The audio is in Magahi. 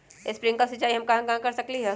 स्प्रिंकल सिंचाई हम कहाँ कहाँ कर सकली ह?